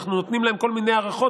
אנחנו נותנים להן כל מיני הארכות,